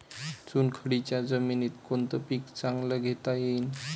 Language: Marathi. चुनखडीच्या जमीनीत कोनतं पीक चांगलं घेता येईन?